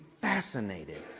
fascinated